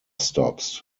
stops